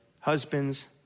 husbands